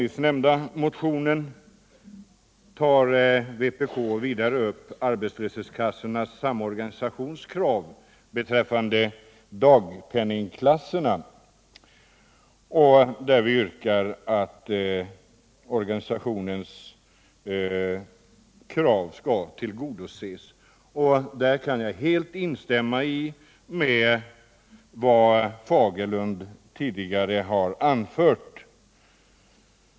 I motionen yrkas vidare att arbetslöshetskassornas samorganisations krav beträffande dagpenningklasserna skall tillgodoses — och i det avseendet kan jag helt instämma i vad Bengt Fagerlund tidigare har anfört.